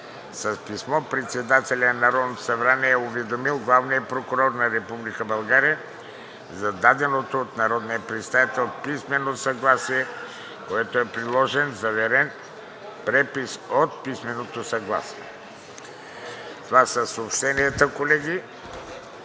С писмо председателят на Народното събрание е уведомил Главния прокурор на Република България за даденото от народния представител писмено съгласие, като е приложен заверен препис от писменото съгласие.“ Това са съобщенията, колеги.